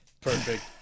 Perfect